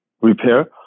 repair